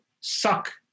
suck